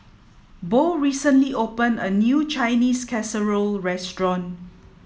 Beau recently opened a new Chinese Casserole Restaurant